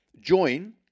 Join